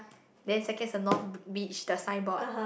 then second is the north b~ beach the signboard